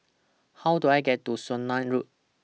How Do I get to Swanage Road